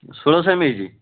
ଷୋଳଶହ M A H